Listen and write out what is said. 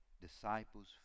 disciples